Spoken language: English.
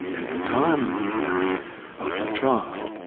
at the time of the trial,